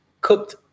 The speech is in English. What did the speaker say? cooked